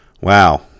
wow